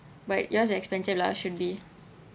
but yours expensive lah should be